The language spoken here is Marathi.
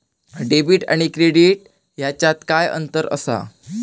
डेबिट आणि क्रेडिट ह्याच्यात काय अंतर असा?